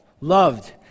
loved